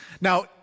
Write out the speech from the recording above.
Now